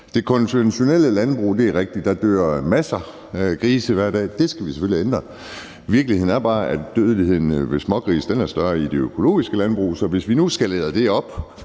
det konventionelle landbrug dør masser af grise hver dag, og det skal vi selvfølgelig have ændret. Virkeligheden er bare, at dødeligheden blandt smågrise er større i det økologiske landbrug. Det er oplyst fra Dyrenes